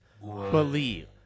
believe